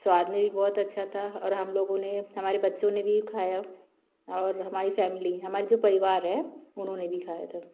स्वाद में भी बहुत अच्छा था और हम लोगों ने हमारे बच्चों ने भी वो खाया और हमारी फ़ैमिली हमारा जो परिवार है उन्होंने भी खाया था